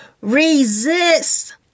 Resist